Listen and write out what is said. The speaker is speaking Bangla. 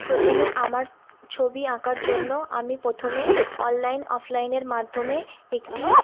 প্রথমে আমার ছবি আঁকার জন্য আমি প্রথমে অনলাইন অফলাইনের মাধ্যমে একটি